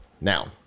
Now